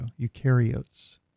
Eukaryotes